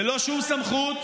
ללא שום סמכות,